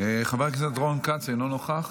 הכנסת רון כץ, אינו נוכח,